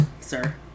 sir